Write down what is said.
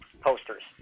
posters